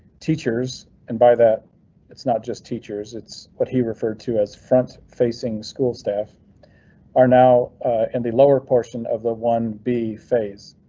teachers, and by that it's not just teachers, it's what he referred to as front facing school staff are now in the lower portion of the one b phase.